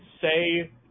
say